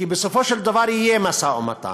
כי בסופו של דבר יהיה משא-ומתן,